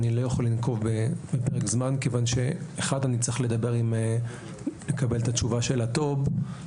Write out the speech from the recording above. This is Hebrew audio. אני לא יכול לנקוב בפרק זמן כיוון שאני צריך לקבל את התשובה של אגף